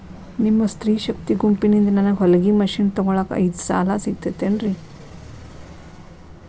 ನಿಮ್ಮ ಸ್ತ್ರೇ ಶಕ್ತಿ ಗುಂಪಿನಿಂದ ನನಗ ಹೊಲಗಿ ಮಷೇನ್ ತೊಗೋಳಾಕ್ ಐದು ಸಾಲ ಸಿಗತೈತೇನ್ರಿ?